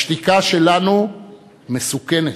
השתיקה שלנו מסוכנת.